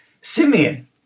Simeon